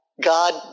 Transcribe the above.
God